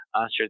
answer